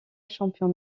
championne